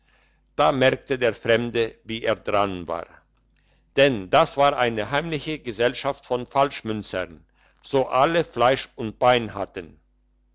da merkte der fremde wie er daran war denn das war eine heimliche gesellschaft von falschmünzern so alle fleisch und bein hatten